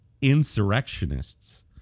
insurrectionists